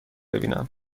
ببینم